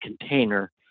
container